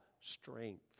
strength